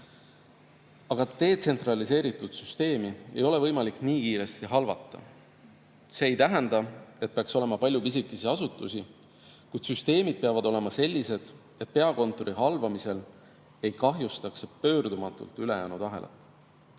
aga detsentraliseeritud süsteemi ei ole võimalik nii kiiresti halvata. See ei tähenda, et peaks olema palju pisikesi asutusi, kuid süsteemid peavad olema sellised, et peakontori halvamisel ei kahjustaks see pöördumatult ülejäänud ahelat.